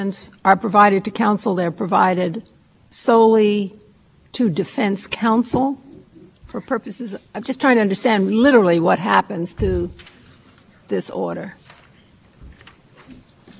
as a practical matter the judge signs the order all the papers are sealed the assistant u s attorney in the case gets a copy of all the sealed documents